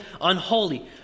unholy